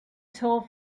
told